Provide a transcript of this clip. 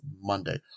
Monday